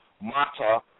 Mata